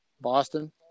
Boston